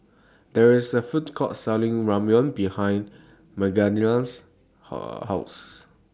There IS A Food Court Selling Ramyeon behind Magdalena's House